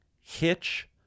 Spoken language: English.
Hitch